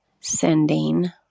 sending